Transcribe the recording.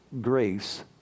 grace